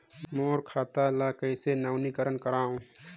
मोर खाता ल कइसे नवीनीकरण कराओ?